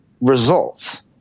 results